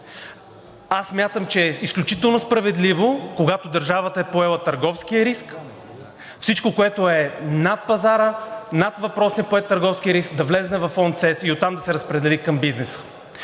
Аз смятам, че е изключително справедливо, когато държавата е поела търговския риск, всичко което е над пазара, над въпросния поет търговски риск, да влезе във Фонд „Сигурност на електроенергийната